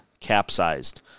capsized